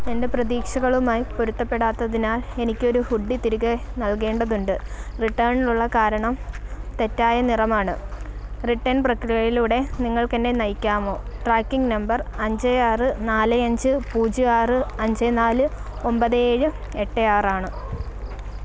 എന്റെ പ്രതീക്ഷകളുമായി പൊരുത്തപ്പെടാത്തതിനാൽ എനിക്ക് ഒരു ഹുഡി തിരികെ നൽകേണ്ടതുണ്ട് റിട്ടേണിനുള്ള കാരണം തെറ്റായ നിറമാണ് റിട്ടേൺ പ്രക്രിയയിലൂടെ നിങ്ങൾക്കെന്നെ നയിക്കാമോ ട്രാക്കിങ് നമ്പർ അഞ്ച് ആറ് നാല് അഞ്ച് പൂജ്യം ആറ് അഞ്ച് നാല് ഒൻപത് ഏഴ് എട്ട് ആറാണ്